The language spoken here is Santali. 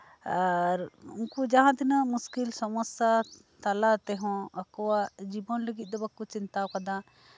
ᱟᱨ ᱩᱱᱠᱩ ᱡᱟᱦᱟᱸ ᱛᱤᱱᱟᱹᱜ ᱢᱩᱥᱠᱤᱞ ᱥᱚᱢᱚᱥᱥᱟ ᱛᱟᱞᱟᱛᱮᱦᱚᱸ ᱟᱠᱚᱣᱟᱜ ᱡᱤᱵᱚᱱ ᱞᱟᱹᱜᱤᱫ ᱫᱚ ᱵᱟᱠᱚ ᱪᱤᱱᱛᱟᱹᱣ ᱟᱠᱟᱫᱟ